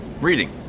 reading